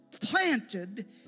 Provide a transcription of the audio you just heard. Planted